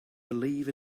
believe